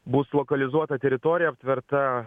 bus lokalizuota teritorija aptverta